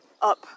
up